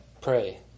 pray